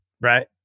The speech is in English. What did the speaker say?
Right